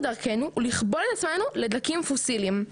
דרכנו ולכבול את עצמנו לדלקים פוסיליים.